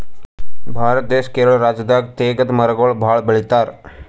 ಭಾರತ ದೇಶ್ ಕೇರಳ ರಾಜ್ಯದಾಗ್ ತೇಗದ್ ಮರಗೊಳ್ ಭಾಳ್ ಬೆಳಿತಾರ್